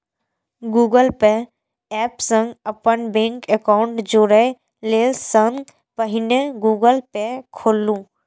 Google pay app सं अपन bank account जोड़य लेल सबसं पहिने गूगल पे खोलू